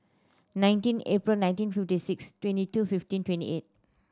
nineteen April nineteen fifty six twenty two fifteen twenty eight